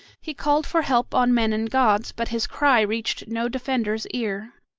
he called for help on men and gods, but his cry reached no defender's ear.